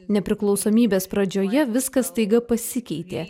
nepriklausomybės pradžioje viskas staiga pasikeitė